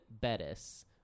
Bettis